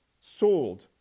sold